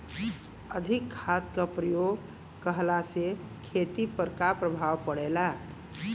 अधिक खाद क प्रयोग कहला से खेती पर का प्रभाव पड़ेला?